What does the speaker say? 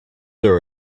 are